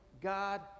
God